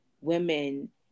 women